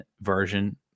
version